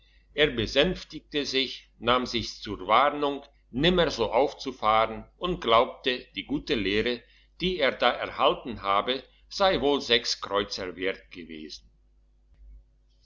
er besänftigte sich nahm sich's zur warnung nimmer so aufzufahren und glaubte die gute lehre die er da erhalten habe sei wohl sechs kreuzer wert gewesen